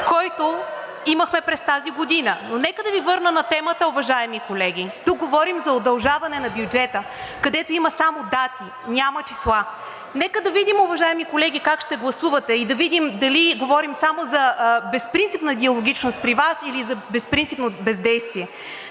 който имахме през тази година. Но нека да Ви върна на темата, уважаеми колеги, тук говорим за удължаване на бюджета, където има само дати, няма числа. Нека да видим, уважаеми колеги, как ще гласувате и да видим дали говорим само за безпринципна диалогичност при Вас, или за безпринципно бездействие.